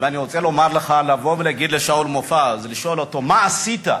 לבוא ולהגיד לשאול מופז ולשאול אותו: מה עשית,